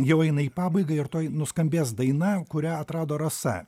jau eina į pabaigą ir tuoj nuskambės daina kurią atrado rasa